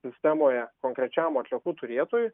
sistemoje konkrečiam atliekų turėtojui